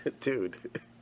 dude